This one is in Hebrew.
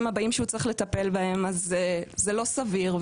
הבאים שהוא צריך לטפל בהם זה לא סביר.